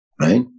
Right